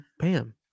Pam